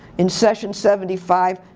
in session seventy five,